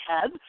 head